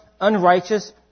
unrighteous